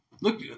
Look